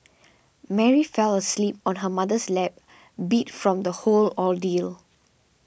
Mary fell asleep on her mother's lap beat from the whole ordeal